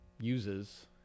uses